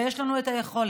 ויש לנו את היכולות.